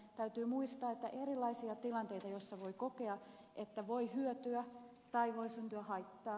täytyy muistaa että on erilaisia tilanteita joissa voi kokea että voi hyötyä tai voi syntyä haittaa